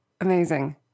Amazing